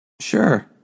Sure